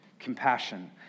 compassion